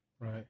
right